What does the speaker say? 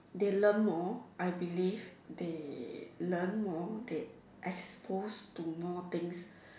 they learned more I believe they learn more they exposed to more things